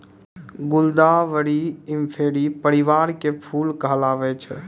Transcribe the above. गुलदावरी इंफेरी परिवार के फूल कहलावै छै